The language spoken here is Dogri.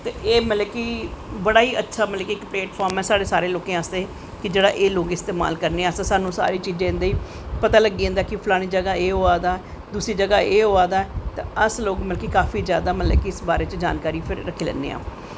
ते एह् मतलव कि बड़ा ही अच्छा इक प्लेटफार्म ऐ साढ़े सारें लोकें आस्ते कि एह् सारे लोग साङ्नू इस्तेमाल करदे आस्ते साह्नू पता लग्गी जंदा ऐ कि फलानी जगाह् एह् होआ दा ऐ दूसरी जगाह् एह् होआ दा ऐ ते अस काफी जादा मतलव कि फिर जानकारी इस बारे च रक्खी लैन्ने आं